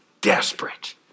desperate